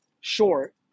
short